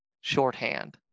shorthand